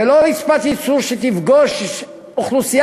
זה לא רצפת ייצור שתפגוש אוכלוסייה